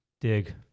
Dig